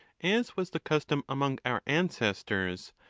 as was the custom among our ancestors,